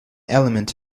element